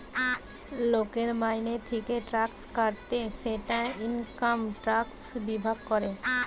লোকের মাইনে থিকে ট্যাক্স কাটছে সেটা ইনকাম ট্যাক্স বিভাগ করে